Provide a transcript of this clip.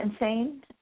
insane